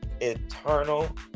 eternal